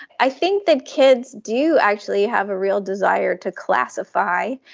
i think that kids do actually have a real desire to classify,